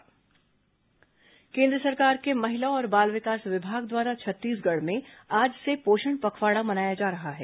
पोषण पखवाडा केन्द्र सरकार के महिला और बाल विकास विभाग द्वारा छत्तीसगढ़ में आज से पोषण पखवाड़ा मनाया जा रहा है